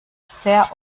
sehr